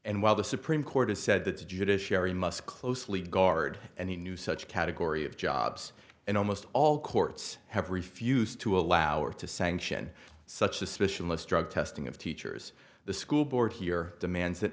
and while the supreme court has said that the judiciary must closely guard and the new such category of jobs and almost all courts have refused to allow or to sanction such suspicion list drug testing of teachers the school board here demands that